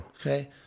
Okay